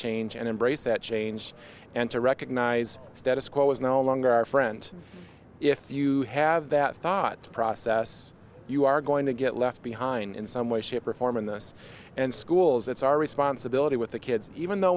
change and embrace that change and to recognize the status quo is no longer our friend if you have that thought process you are going to get left behind in some way shape or form in this and schools it's our responsibility with the kids even though